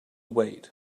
wait